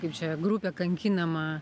kaip čia grupė kankinama